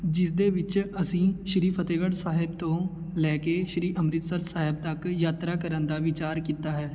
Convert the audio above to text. ਜਿਸਦੇ ਵਿੱਚ ਅਸੀਂ ਸ਼੍ਰੀ ਫਤਿਹਗੜ੍ਹ ਸਾਹਿਬ ਤੋਂ ਲੈ ਕੇ ਸ਼੍ਰੀ ਅੰਮ੍ਰਿਤਸਰ ਸਾਹਿਬ ਤੱਕ ਯਾਤਰਾ ਕਰਨ ਦਾ ਵਿਚਾਰ ਕੀਤਾ ਹੈ